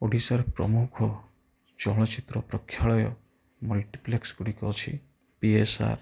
ଓଡ଼ିଶାର ପ୍ରମୁଖ ଚଳଚିତ୍ର ପ୍ରକ୍ଷାଳୟ ମଲ୍ଟିପ୍ଲେକ୍ସଗୁଡ଼ିକ ଅଛି ପି ଏସ୍ ଆର୍